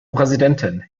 präsidentin